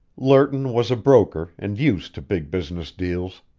lerton was a broker and used to big business deals.